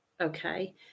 okay